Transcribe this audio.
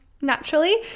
naturally